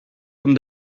comme